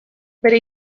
bere